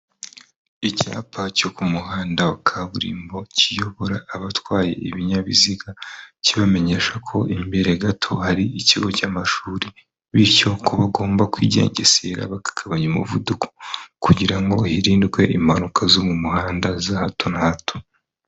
Icyapa cyo ku muhanda wa kaburimbo kiyobora abatwaye ibinyabiziga kibamenyesha ko imbere gato hari ikigo cy'amashuri, bityo ko bagomba kwigengesera bakagabanya umuvuduko kugira ngo hirindwe impanuka zo mu muhanda za hato na hato.